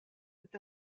with